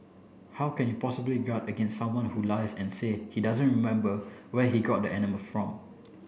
how can you possibly guard against someone who lies and said he doesn't remember where he got animal from